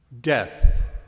Death